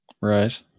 Right